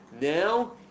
now